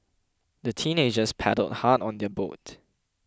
the teenagers paddled hard on their boat